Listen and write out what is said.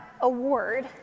award